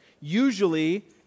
usually